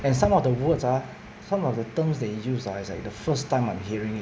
and some of the words ah some of the terms they use ah is like the first time I'm hearing it